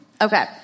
Okay